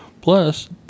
Plus